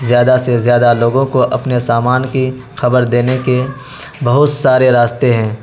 زیادہ سے زیادہ لوگوں کو اپنے سامان کی خبر دینے کے بہت سارے راستے ہیں